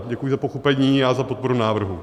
Děkuji za pochopení a za podporu návrhu.